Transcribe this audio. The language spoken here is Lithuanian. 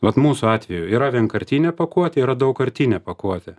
vat mūsų atveju yra vienkartinė pakuotė yra daugkartinė pakuotė